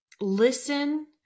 listen